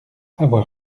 avoir